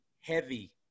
heavy